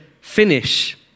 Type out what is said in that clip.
finish